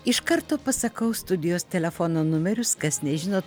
iš karto pasakau studijos telefono numerius kas nežinot